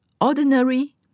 ordinary